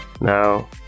Now